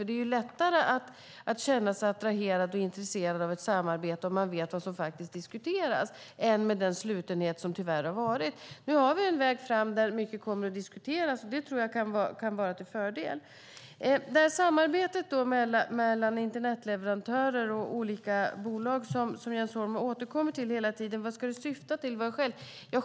Det är lättare att känna sig attraherad och intresserad av ett samarbete om man vet vad som faktiskt diskuteras än med den slutenhet som tyvärr har rått. Nu har vi en väg fram där mycket kommer att diskuteras. Det kan vara till fördel. Jens Holm återkommer till frågan om vad samarbetet mellan internetleverantörer och olika bolag ska syfta till.